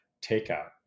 takeout